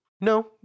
No